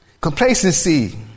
Complacency